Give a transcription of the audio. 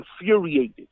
infuriated